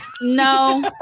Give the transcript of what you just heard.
No